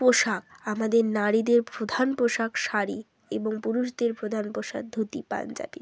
পোশাক আমাদের নারীদের প্রধান পোশাক শাড়ি এবং পুরুষদের প্রধান পোশাক ধুতি পাঞ্জাবি